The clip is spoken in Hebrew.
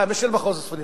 לא, מִש אל-מחוז הצפוני.